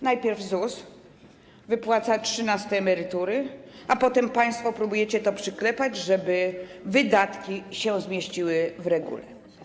Najpierw ZUS wypłaca trzynaste emerytury, a potem państwo próbujecie to przyklepać, żeby wydatki się zmieściły w regule.